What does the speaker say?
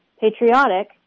patriotic